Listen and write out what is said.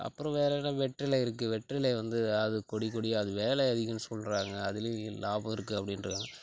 அப்புறம் வேற என்ன வெற்றிலை இருக்குது வெற்றிலையை வந்து அது கொடி கொடியாக அது வேலை அதிகம்னு சொல்கிறாங்க அதிலையும் ஈ லாபம் இருக்குது அப்படின்றாங்க